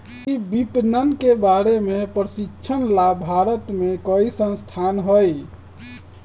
कृषि विपणन के बारे में प्रशिक्षण ला भारत में कई संस्थान हई